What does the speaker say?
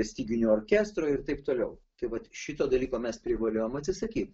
styginių orkestro ir taip toliau tai vat šito dalyko mes privalėjom atsisakyt